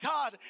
God